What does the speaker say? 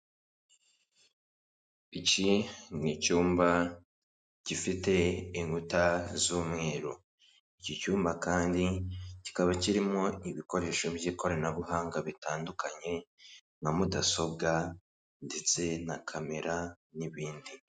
Iki ni icyumba gifite inkuta z'umweru. Iki cyumba kandi kikaba kirimo ibikoresho by'ikoranabuhanga bitandukanye nka mudasobwa ndetse na kamera n'ibindi.